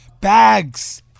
bags